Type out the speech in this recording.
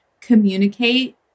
communicate